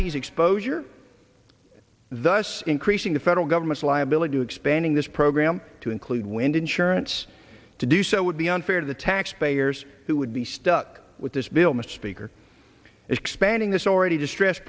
p's exposure thus increasing the federal government's liability expanding this program to include wind insurance to do so would be unfair to the taxpayers who would be stuck with this bill mr speaker expanding this already distress